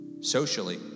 Socially